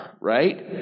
right